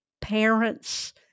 parents